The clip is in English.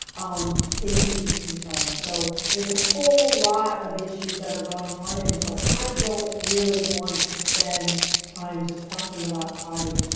um, safety concerns. so there's a whole lot of issues that are going on and so i don't really want to spend time just talking about potty.